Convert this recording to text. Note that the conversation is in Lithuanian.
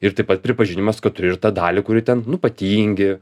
ir taip pat pripažinimas kad turi ir tą dalį kuri ten nu patingi